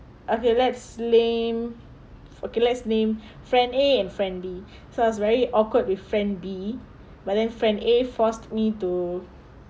okay let's name okay let's name friend A and friend B so I was very awkward with friend B but then friend A forced me to